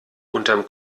unterm